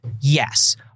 Yes